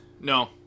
No